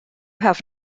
have